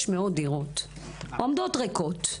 600 דירות עומדות ריקות,